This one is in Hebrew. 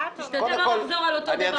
תשתדל לא לחזור על אותו דבר כמה פעמים.